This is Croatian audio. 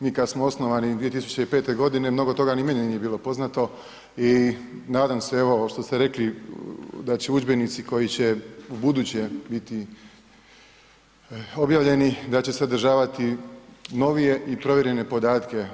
Mi kad smo osnovani 2005. godine mnogo toga ni meni nije bilo poznato i nadam se, evo, što ste rekli da će udžbenici koji će ubuduće biti objavljeni, da će sadržavati novije i provjerene podatke.